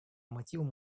мотивам